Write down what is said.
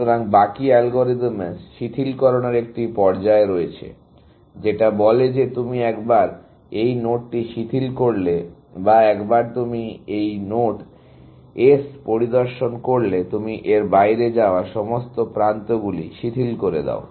সুতরাং বাকি অ্যালগরিদমে শিথিলকরণের একটি পর্যায় রয়েছে যেটা বলে যে তুমি একবার এই নোডটি শিথিল করলে বা একবার তুমি এই নোড S পরিদর্শন করলে তুমি এর বাইরে যাওয়া সমস্ত প্রান্তগুলি শিথিল করে দাও